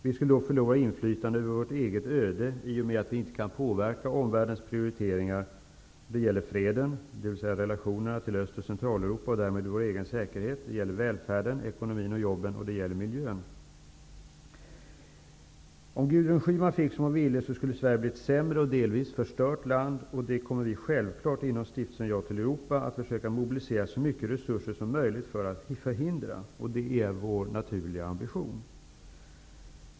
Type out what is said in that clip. Vi skulle då förlora inflytandet över vårt eget öde i och med att vi inte kan påverka omvärldens prioriteringar. Det gäller freden, dvs. relationerna till Öst och Centraleuropa och därmed vår egen säkerhet. Det gäller välfärden, ekonomin, jobben och miljön. Om Gudrun Schyman fick som hon ville skulle Sverige bli ett sämre och delvis förstört land. Detta kommer vi inom Stiftelsen Ja till Europa självfallet att försöka mobilisera så mycket resurser som möjligt för att förhindra. Detta är vår naturliga ambition.